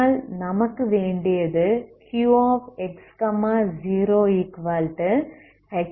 ஆனால் நமக்கு வேண்டியது Qx0Hx1x0